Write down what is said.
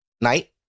night